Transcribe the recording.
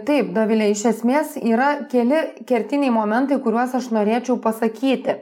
taip dovile iš esmės yra keli kertiniai momentai kuriuos aš norėčiau pasakyti